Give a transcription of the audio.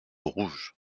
rouge